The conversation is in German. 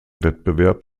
wettbewerb